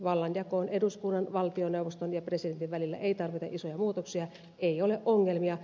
vallanjakoon eduskunnan valtioneuvoston ja presidentin välillä ei tarvita isoja muutoksia ei ole ongelmia